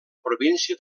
província